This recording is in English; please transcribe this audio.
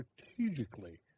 strategically